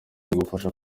bigufasha